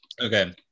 Okay